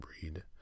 breed